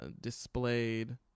displayed